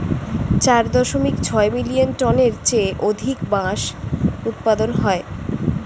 চার দশমিক ছয় মিলিয়ন টনের চেয়ে অধিক বাঁশ উৎপাদন হয়